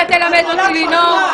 אתה תלמד אותי לנאום?